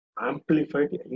amplified